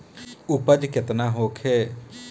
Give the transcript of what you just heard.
उपज केतना होखे?